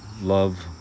love